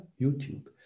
YouTube